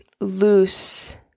loose